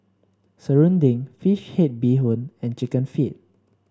Serunding fish head Bee Hoon and chicken feet